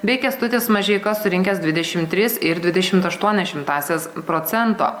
bei kęstutis mažeika surinkęs dvidešimt tris ir dvidešimt aštuonias šimtąsias procento